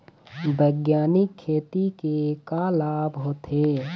बैग्यानिक खेती के का लाभ होथे?